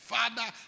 Father